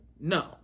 No